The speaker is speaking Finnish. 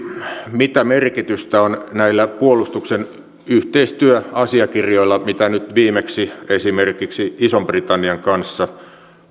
mitä merkitystä on näillä puolustuksen yhteistyöasiakirjoilla mitä nyt viimeksi esimerkiksi ison britannian kanssa